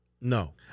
No